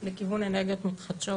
לכיוון אנרגיות מתחדשות